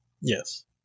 yes